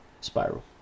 spiral